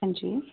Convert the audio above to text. ਹਾਂਜੀ